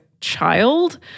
child